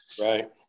Right